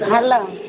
hello